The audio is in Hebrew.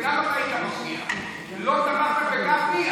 לא תמכת בגפני,